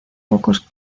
pocos